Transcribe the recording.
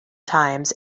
times